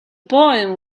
poem